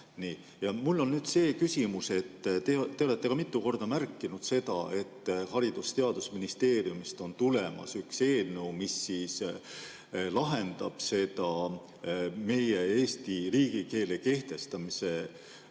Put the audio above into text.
Mul on nüüd see küsimus. Te olete ka mitu korda märkinud seda, et Haridus- ja Teadusministeeriumist on tulemas üks eelnõu, mis lahendab seda meie Eesti riigikeele kehtestamise